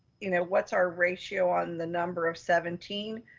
you know what's our ratio on the number of seventeen,